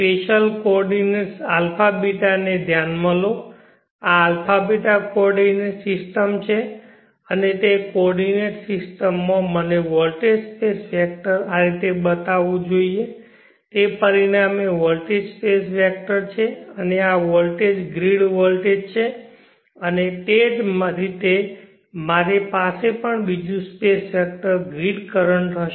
special coordinates αβ ને ધ્યાનમાં લો આ αβ કોઓર્ડિનેટ સિસ્ટમ છે અને તે કોઓર્ડિનેંટ સિસ્ટમમાં મને વોલ્ટેજ સ્પેસ વેક્ટર આ રીતે બતાવવું જોઈએ તે પરિણામે વોલ્ટેજ સ્પેસ વેક્ટર છે અને આ વોલ્ટેજ ગ્રીડ વોલ્ટેજ છે અને તે જ રીતે મારી પાસે પણ બીજું સ્પેસ વેક્ટર ગ્રીડ કરંટ હશે